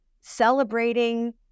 celebrating